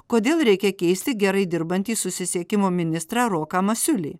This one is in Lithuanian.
kodėl reikia keisti gerai dirbantį susisiekimo ministrą roką masiulį